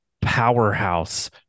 powerhouse